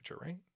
right